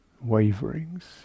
waverings